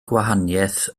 gwahaniaeth